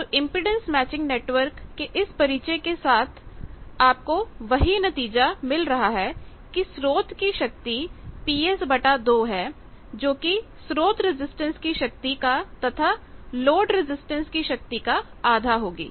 तो impedance matching network की इस परिचय के साथ भी आपको वही नतीजा मिल रहा है कि स्रोत की शक्ति 12PS है जोकि स्रोत रजिस्टेंस की शक्ति का तथा लोड रजिस्टेंस की शक्ति का आधा होगी